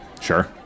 Sure